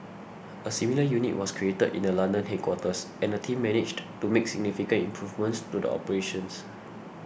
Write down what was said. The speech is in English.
a similar unit was created in the London headquarters and the team managed to make significant improvements to the operations